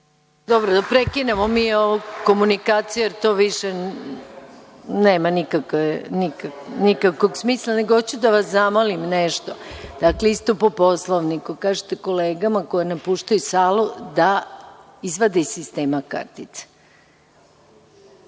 Dobro, da prekinemo mi ovu komunikaciju jer to više nikakvog smisla. Hoću da vas zamolim nešto, dakle, isto po Poslovniku, kažite kolegama koje napuštaju salu da izvade iz sistema kartice.